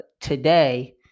today